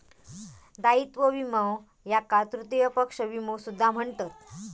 दायित्व विमो याका तृतीय पक्ष विमो सुद्धा म्हणतत